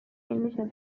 ähnlicher